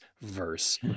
verse